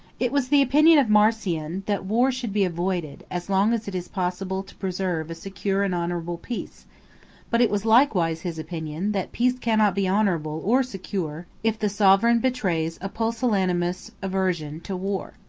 it was the opinion of marcian, that war should be avoided, as long as it is possible to preserve a secure and honorable peace but it was likewise his opinion, that peace cannot be honorable or secure, if the sovereign betrays a pusillanimous aversion to war.